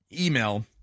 email